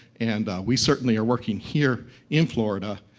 and, ah, we certainly are working, here in florida,